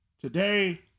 Today